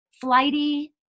flighty